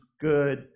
good